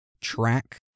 track